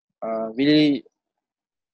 uh really